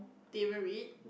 didn't even read